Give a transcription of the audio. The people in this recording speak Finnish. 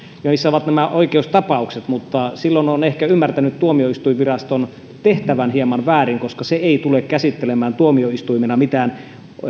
missä ovat nämä oikeustapaukset mutta silloin on ehkä ymmärtänyt tuomioistuinviraston tehtävän hieman väärin koska se ei tule käsittelemään tuomioistuimena mitään